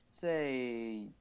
say